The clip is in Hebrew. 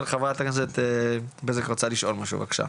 חברת הכנסת ענבל בזק רוצה לשאול משהו, בבקשה.